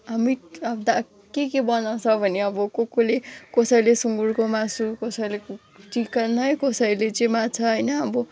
meet अब त के के बनाउँछ भने अब को कसले कसैले सुँगुरको मासु कसैले चिकन है कसैले चाहिँ माछा होइन अब